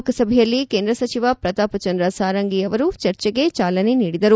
ಲೋಕಸಭೆಯಲ್ಲಿ ಕೇಂದ್ರ ಸಚಿವ ಪ್ರತಾಪ್ಚಂದ್ರ ಸಾರಂಗಿ ಅವರು ಚರ್ಚೆಗೆ ಚಾಲನೆ ನೀಡಿದರು